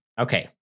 Okay